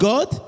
God